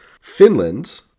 Finland